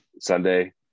Sunday